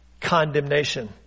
condemnation